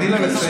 תני לה לסיים.